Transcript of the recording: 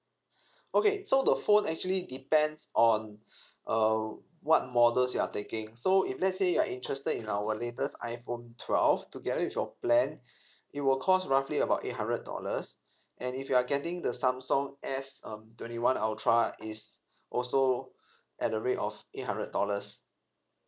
okay so the phone actually depends on uh what models you are taking so if let's say you are interested in our latest iphone twelve together with your plan it will cost roughly about eight hundred dollars and if you are getting the samsung s um twenty one ultra is also at the rate of eight hundred dollars